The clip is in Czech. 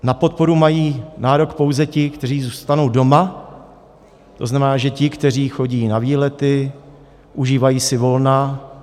Na podporu mají nárok pouze ti, kteří zůstanou doma, to znamená ti, kteří chodí na výlety, užívají si volna.